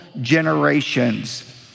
generations